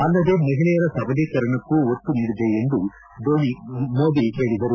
ಅಲ್ಲದೆ ಮಹಿಳೆಯರ ಸಬಲೀಕರಣಕ್ಕೂ ಒತ್ತು ನೀಡಿದೆ ಎಂದು ಮೋದಿ ಹೇಳದರು